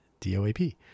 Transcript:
DOAP